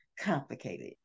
complicated